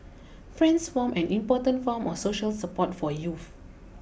friends form an important form of social support for youths